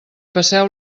passeu